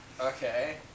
Okay